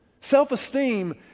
Self-esteem